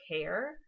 care